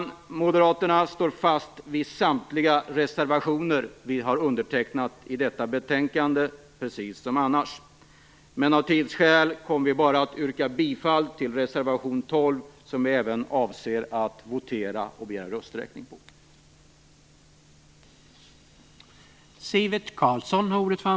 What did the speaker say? Vi moderater står fast vid samtliga de reservationer som vi har undertecknat i detta betänkande, precis som annars, men av tidsskäl kommer vi att yrka bifall bara till reservation 12, som vi även avser att votera och begära rösträkning om.